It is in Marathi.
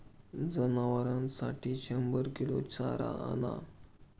जनावरांसाठी शंभर किलो चारा आणा